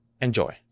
enjoy